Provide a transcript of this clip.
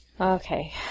Okay